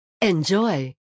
Enjoy